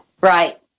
Right